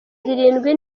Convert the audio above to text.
zirindwi